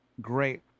great